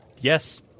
yes